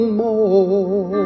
more